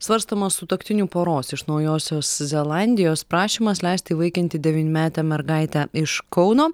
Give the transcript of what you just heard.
svarstomos sutuoktinių poros iš naujosios zelandijos prašymas leisti įvaikinti devynmetę mergaitę iš kauno